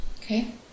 Okay